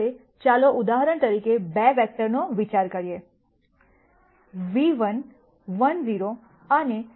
હવે ચાલો ઉદાહરણ તરીકે 2 વેક્ટરનો વિચાર કરીએ ν 1 0 અને ν 0 1